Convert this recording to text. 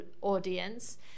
audience